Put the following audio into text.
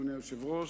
אדוני היושב-ראש,